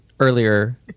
earlier